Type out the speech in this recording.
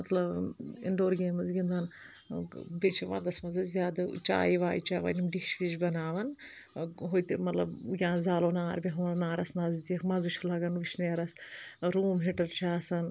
مطلب indoor games گِنٛدان بیٚیہِ چھِ ونٛدس منٛزن أسۍ زیادٕ چایہِ وایہِ چٮ۪وان یِم ڈِش وِش بناوان ہوتہِ مطلب یا زالو نار بیٚہمو نارس نزدیٖک مزٕ چھُ لگان ؤشنیرس روٗم ہیٖٹر چھُ آسان